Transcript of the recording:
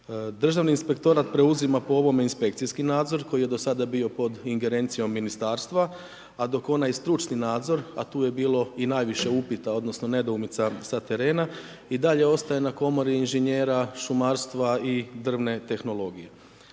Državni inspektorat preuzima po ovome inspekcijski nadzor, koji je do sada bio pod ingerencijom ministarstva, a dok onaj stručni nadzor, a tu je bilo i najviše upita, odnosno, nedoumica sa terena i dalje ostaje na komori inženjera, šumarstva i drvne tehnologije.